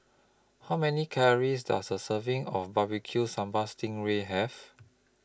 How Many Calories Does A Serving of Barbecue Sambal Sting Ray Have